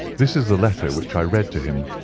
this is the letter which i read to him